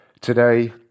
today